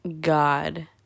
God